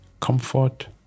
comfort